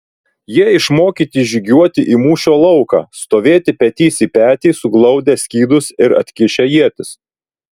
jie išmokyti žygiuoti į mūšio lauką stovėti petys į petį suglaudę skydus ir atkišę ietis